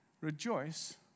Rejoice